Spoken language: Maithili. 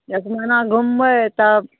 एक महिना घुमबै तब